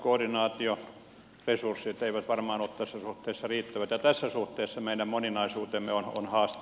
koordinaatio resurssit eivät varmaan ole tässä suhteessa riittävät ja tässä suhteessa meidän moninaisuutemme on haaste